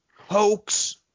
hoax